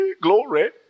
Glory